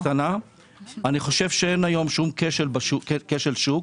חושב שאין היום כשל שוק,